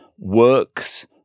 works